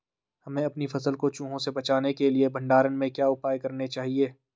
हमें अपनी फसल को चूहों से बचाने के लिए भंडारण में क्या उपाय करने चाहिए?